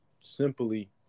simply